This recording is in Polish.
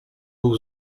był